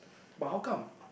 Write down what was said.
but how come